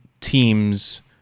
team's